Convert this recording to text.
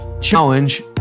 challenge